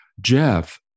Jeff